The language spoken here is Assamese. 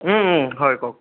হয় কওক